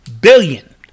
billion